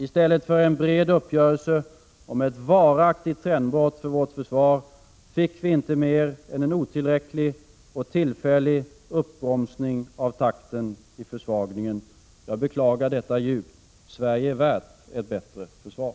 I stället för en bred uppgörelse om ett varaktigt trendbrott för vårt försvar fick vi inte mer än en otillräcklig och tillfällig uppbromsning av takten i försvagningen. Det beklagar jag djupt. Sverige är värt ett bättre försvar.